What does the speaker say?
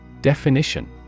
Definition